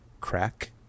crack